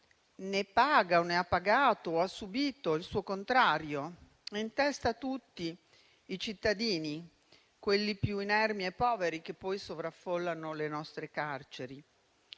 chi paga, ha pagato o ha subito il suo contrario, in testa a tutti i cittadini, quelli più inermi e poveri che poi sovraffollano le nostre carceri.